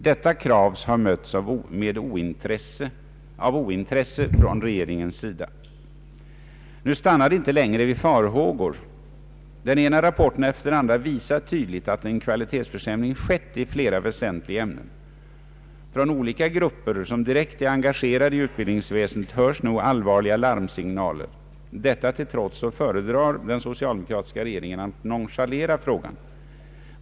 Detta krav har mötts av ointresse från regeringens sida. Nu stannar det inte längre vid farhågor. Den ena rapporten efter den andra visar tydligt att en kvalitetsförsämring skett i flera väsentliga ämnen. Från olika grupper, som direkt är engagerade i utbildningsväsendet, hörs nu allvarliga larmsignaler. Detta till trots föredrar den socialdemokratiska regeringen att nonchalera frågan.